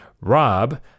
Rob